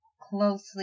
closely